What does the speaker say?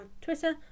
Twitter